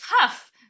tough